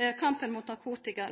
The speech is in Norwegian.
og kampen mot narkotika